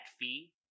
fee